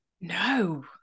No